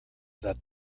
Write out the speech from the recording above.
that